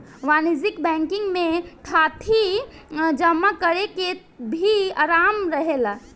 वाणिज्यिक बैंकिंग में थाती जमा करेके भी आराम रहेला